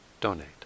donate